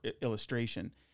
illustration